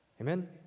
Amen